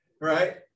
Right